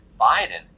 biden